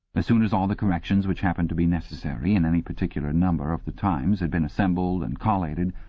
ah soon as all the corrections which happened to be necessary in any particular number of the times had been assembled and collated,